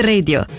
Radio